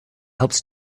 helps